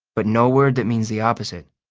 but no word that means the opposite.